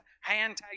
hand